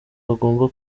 bagomba